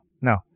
no